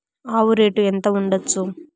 ఆవు రేటు ఎంత ఉండచ్చు?